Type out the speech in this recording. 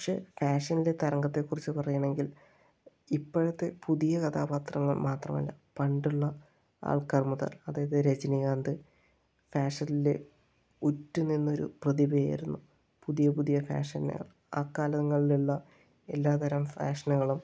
പക്ഷെ ഫാഷനിലെ തരംഗത്തെക്കുറിച്ച് പറയുകയാണെങ്കിൽ ഇപ്പോഴത്തെ പുതിയ കഥാപാത്രങ്ങൾ മാത്രമല്ല പണ്ടുള്ള ആൾക്കാർ മുതൽ അതായത് രജനികാന്ത് ഫാഷനില് ഉറ്റുനിന്നൊരു പ്രതിഭയായിരുന്നു പുതിയ പുതിയ ഫാഷനുകൾ അക്കാലങ്ങളിലുള്ള എല്ലാതരം ഫാഷനുകളും